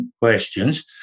questions